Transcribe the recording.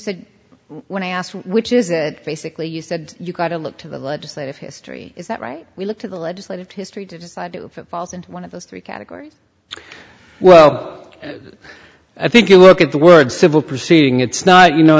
said when i asked which is basically you said you've got to look to the legislative history is that right we look to the legislative history to decide who falls in one of those three categories well i think you look at the word civil proceeding it's not you know